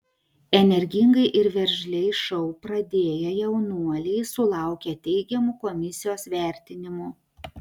energingai ir veržliai šou pradėję jaunuoliai sulaukė teigiamų komisijos vertinimų